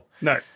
No